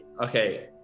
okay